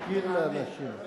להסביר לאנשים.